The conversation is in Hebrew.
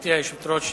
גברתי היושבת-ראש,